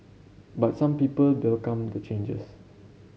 but some people welcome the changes